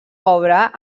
obra